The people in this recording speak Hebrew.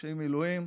אנשי מילואים,